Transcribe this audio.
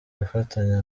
gufatanya